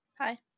Hi